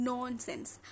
Nonsense